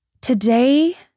Today